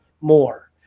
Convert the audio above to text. more